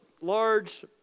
large